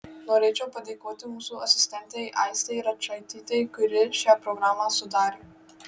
norėčiau padėkoti mūsų asistentei aistei račaitytei kuri šią programą sudarė